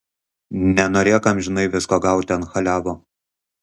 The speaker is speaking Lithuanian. nenorėk amžinai visko gauti ant chaliavo